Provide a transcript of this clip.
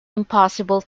impossible